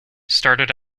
started